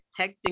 texting